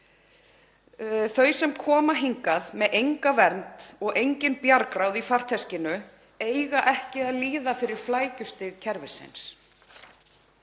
Þau sem koma hingað með enga vernd og engin bjargráð í farteskinu eiga ekki að líða fyrir flækjustig kerfisins.